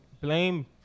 blame